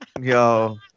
Yo